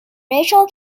rachael